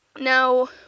Now